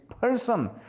person